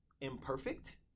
imperfect